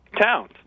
Towns